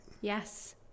Yes